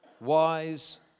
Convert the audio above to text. wise